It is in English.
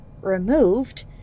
removed